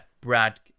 Brad